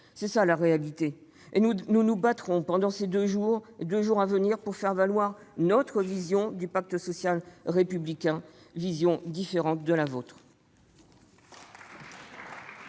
est la réalité, et nous nous battrons, durant les deux jours à venir, pour faire valoir notre vision du pacte social républicain, différente de la vôtre.